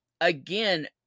again